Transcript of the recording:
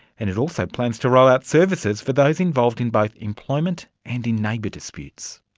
and it also plans to roll out services for those involved in both employment and in neighbour disputes.